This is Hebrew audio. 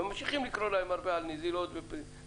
וממשיכים לקרוא להם הרבה על נזילות ופיצוצים.